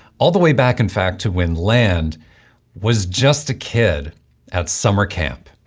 all the way back in fact to when land was just a kid at summer camp.